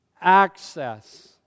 access